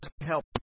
help